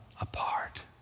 apart